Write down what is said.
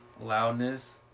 Loudness